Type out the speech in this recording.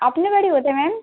আপনার বাড়ি কোথায় ম্যাম